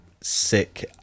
sick